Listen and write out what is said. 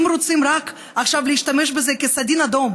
אם רוצים עכשיו רק להשתמש בזה כסדין אדום